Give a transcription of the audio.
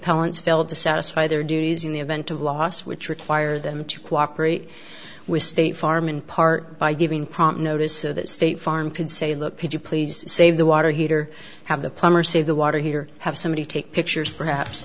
appellant's failed to satisfy their duties in the event of loss which require them to cooperate with state farm in part by giving prompt notice so that state farm can say look could you please save the water heater have the plumber see the water heater have somebody take pictures perhaps